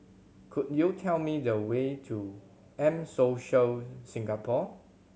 could you tell me the way to M Social Singapore